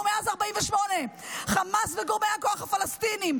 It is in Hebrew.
מאז 48' חמאס וגורמי הכוח הפלסטינים.